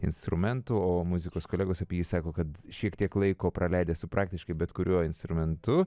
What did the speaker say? instrumentų o muzikos kolegos apie jį sako kad šiek tiek laiko praleidęs su praktiškai bet kuriuo instrumentu